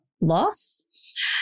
loss